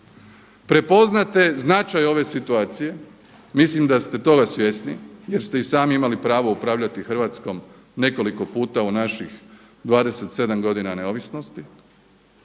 prepoznate značaj ove situacije, mislim da ste toga svjesni jer ste i sami imali pravo upravljati Hrvatskom nekoliko puta u naših 27 godina neovisnosti